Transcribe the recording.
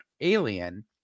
alien